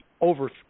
over